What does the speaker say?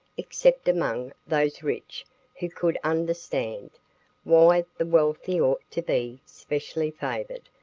except among those rich who could understand why the wealthy ought to be specially favored,